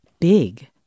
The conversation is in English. big